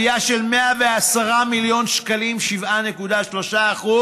עלייה של 110 מיליון שקלים, 7.3%,